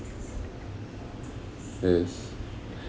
yes